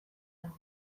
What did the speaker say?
dago